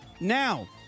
now